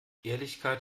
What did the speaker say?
ehrlichkeit